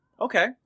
okay